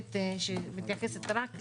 וספציפית שמתייחסת רק לתיירות.